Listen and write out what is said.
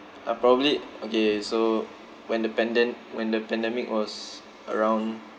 uh probably okay so when the panden~ when the pandemic was around